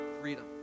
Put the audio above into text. freedom